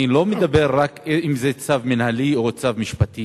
אני לא מדבר רק אם זה צו מינהלי או צו משפטי.